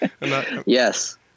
Yes